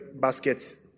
baskets